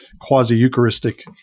quasi-Eucharistic